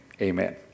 amen